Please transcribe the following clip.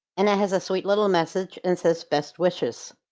and that has a sweet little message and says best wishes.